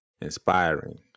inspiring